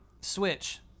Switch